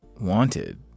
wanted